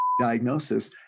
diagnosis